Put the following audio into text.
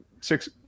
six